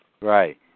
Right